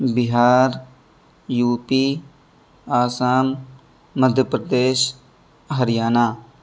Bihar U P Assam Madhya Pradesh Haryana